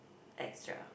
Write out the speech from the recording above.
extra